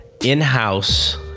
in-house